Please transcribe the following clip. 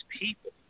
people